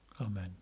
amen